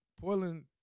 Portland